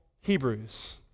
Hebrews